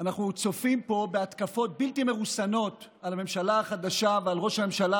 אנחנו צופים פה בהתקפות בלתי מרוסנות על הממשלה החדשה ועל ראש הממשלה,